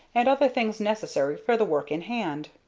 and other things necessary for the work in hand.